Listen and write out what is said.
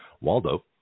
Waldo